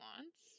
wants